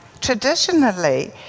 Traditionally